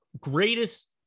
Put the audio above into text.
greatest